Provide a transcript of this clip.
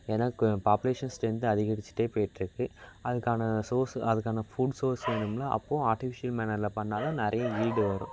ஏன்னா கு population strength அதிகரிச்சிகிட்டே போயிட்டுருக்கு அதுக்கான சோர்ஸ் அதுக்கான ஃபுட் சோர்ஸ் வேணும்ல அப்போ அர்டிஃபிஷியல் மேனரில் பண்ணால் தான் நிறைய ஈல்டு வரும்